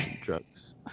drugs